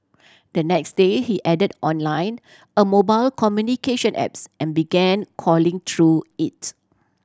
the next day he added on line a mobile communication apps and began calling through it